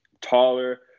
taller